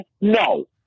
No